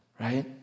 Right